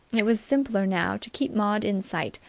it was simpler now to keep maud in sight,